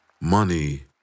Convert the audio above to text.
Money